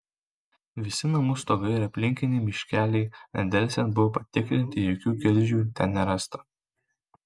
visi namų stogai ir aplinkiniai miškeliai nedelsiant buvo patikrinti jokių gilzių ten nerasta